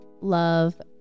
love